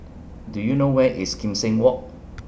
Do YOU know Where IS Kim Seng Walk